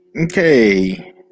Okay